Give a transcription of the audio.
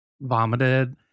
vomited